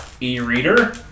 e-reader